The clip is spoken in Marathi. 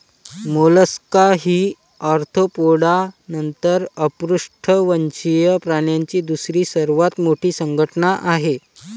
मोलस्का ही आर्थ्रोपोडा नंतर अपृष्ठवंशीय प्राण्यांची दुसरी सर्वात मोठी संघटना आहे